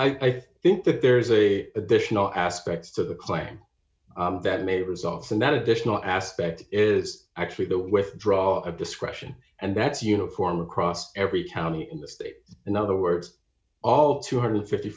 i think that there is a additional aspects to the claim that may result from that additional aspect is actually the withdrawal of discretion and that's uniform across every county in the state in other words all two hundred and fifty